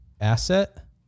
asset